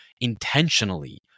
intentionally